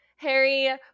Harry